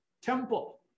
temple